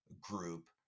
group